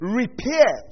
repair